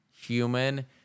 human